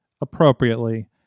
appropriately